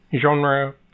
Genre